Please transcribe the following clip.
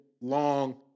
long